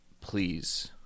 please